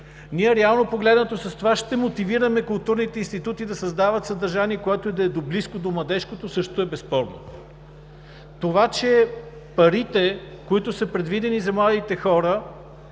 ние реално погледнато с това ще мотивираме културните институти да създават съдържание, което да е близко до младежкото, също е безспорно. Това, че парите, които са предвидени за младите хора